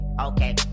okay